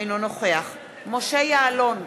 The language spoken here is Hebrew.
אינו נוכח משה יעלון,